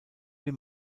wir